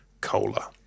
cola